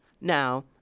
Now